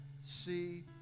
see